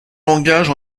langage